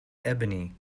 ebony